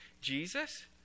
Jesus